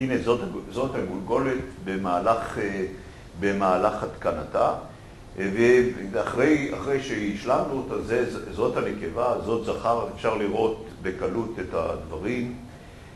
‫הנה זאת הגולגולת ‫במהלך התקנתה, ‫ואחרי שהשלמנו אותה, ‫זאת הנקבה זאת זכר, ‫אפשר לראות בקלות את הדברים.